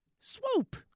Swoop